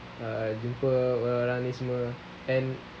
uh jumpa orang-orang ni semua and